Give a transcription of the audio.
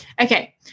okay